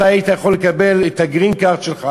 היית יכול לקבל את הגרין-קארד שלך